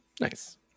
Nice